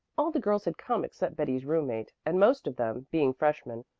all the girls had come except betty's roommate, and most of them, being freshmen,